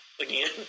again